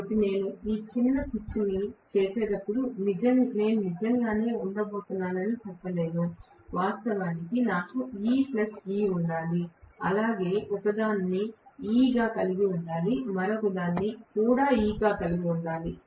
కాబట్టి నేను చిన్న పిచింగ్ చేసేటప్పుడు నేను నిజంగానే ఉండబోతున్నానని చెప్పలేను వాస్తవానికి నాకు E E ఉండాలి నేను వాటిలో ఒకదాన్ని E గా కలిగి ఉండాలి మరియు మరొకటి E గా కూడా ఉండాలి